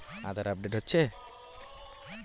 আধার update হচ্ছে?